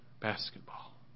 basketball